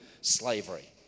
slavery